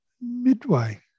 Midway